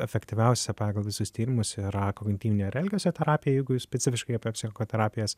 efektyviausia pagal visus tyrimus yra kognityvinė ir elgesio terapija jeigu jūs specifiškai apie psichoterapijas